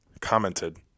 commented